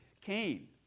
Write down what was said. Cain